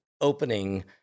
opening